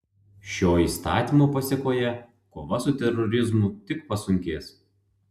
šio įstatymo pasėkoje kova su terorizmu tik pasunkės